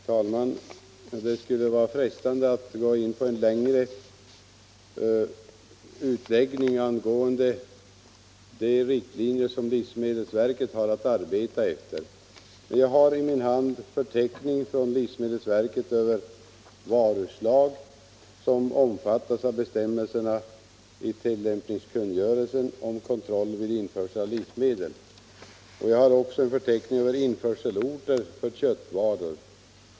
Herr talman! Det skulle vara frestande att gå in på en längre utläggning angående de riktlinjer som livsmedelsverket har att arbeta efter. Jag har i min hand en förteckning från livsmedelsverket över varuslag som omfattas av bestämmelserna i tillämpningskungörelsen om kontroll vid införsel av livsmedel. Jag har också en förteckning över införselorter för köttvaror.